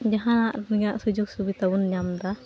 ᱡᱟᱦᱟᱸ ᱩᱱᱤᱭᱟᱜ ᱥᱩᱡᱳᱜᱽᱼᱥᱩᱵᱤᱫᱟᱵᱚᱱ ᱧᱟᱢᱮᱫᱟ